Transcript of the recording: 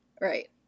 Right